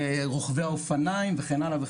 זה רוכבי האופניים וכן הלאה.